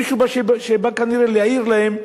מישהו שבא כנראה להעיר להם,